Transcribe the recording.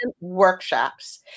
workshops